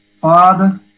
Father